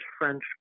French